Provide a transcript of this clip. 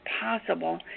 possible